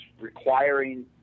requiring